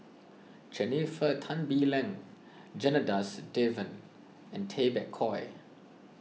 Jennifer Tan Bee Leng Janadas Devan and Tay Bak Koi